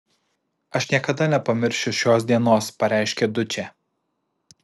aš niekada nepamiršiu šios dienos pareiškė dučė